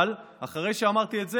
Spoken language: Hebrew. אבל אחרי שאמרתי את זה,